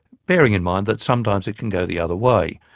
bearing in mind that sometimes it can go the other way,